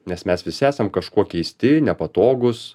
nes mes visi esam kažkuo keisti nepatogūs